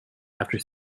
after